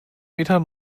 meter